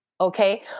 okay